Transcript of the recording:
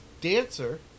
dancer